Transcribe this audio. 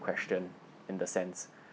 question in the sense